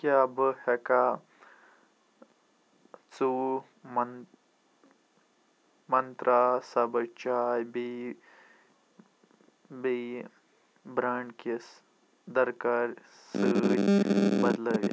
کیٛاہ بہٕ ہٮ۪کھا ژوٚوُہ من منٛترا سبٕز چاے بیٛیہِ بیٛیہِ برٛانٛڈ کِس درکار سۭتۍ بدلٲوِتھ